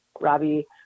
Robbie